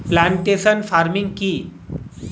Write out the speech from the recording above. Plantation farming কি?